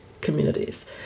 communities